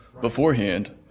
beforehand